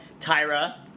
Tyra